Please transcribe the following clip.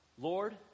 Lord